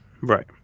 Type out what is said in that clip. Right